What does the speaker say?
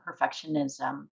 perfectionism